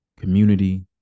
community